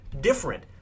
different